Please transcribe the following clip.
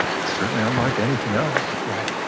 it's certainly unlike anything else. right.